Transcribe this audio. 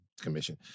commission